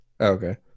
Okay